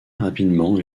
rapidement